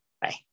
Bye